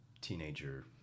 teenager